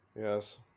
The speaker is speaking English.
yes